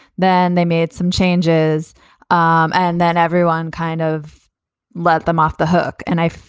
then they made some changes um and then everyone kind of let them off the hook. and i,